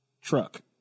truck